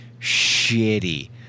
shitty